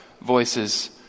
voices